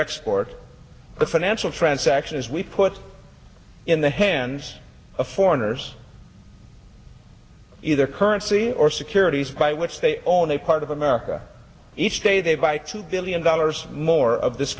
export the financial transactions we put in the hands of foreigners either currency or securities by which they own a part of america each day they buy two billion dollars more of this